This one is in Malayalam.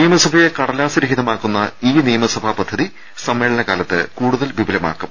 നിയമസഭയെ കടലാസ് രഹിതമാക്കുന്ന ഇ നിയമസഭാ പദ്ധതി സമ്മേളന കാലത്ത് കൂടുതൽ വിപുലമാക്കും